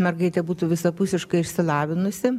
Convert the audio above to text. mergaitė būtų visapusiškai išsilavinusi